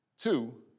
Two